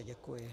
Děkuji.